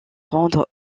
rendre